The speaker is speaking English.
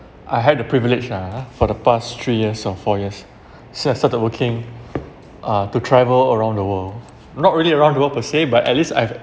I had the privilege lah ha for the past three years or four years since I started working uh to travel around the world not really around the world per say but at least I've